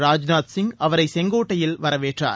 ராஜ்நாத் சிங் அவரை செங்கோட்டையில் வரவேற்றார்